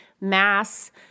mass